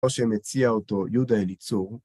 או שמציע אותו יהודה אליצור.